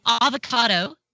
Avocado